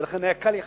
ולכן היה קל יחסית.